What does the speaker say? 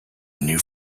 new